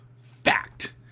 fact